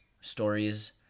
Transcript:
stories